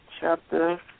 Chapter